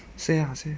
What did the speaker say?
say ah say